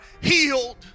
healed